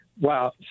Wow